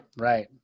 right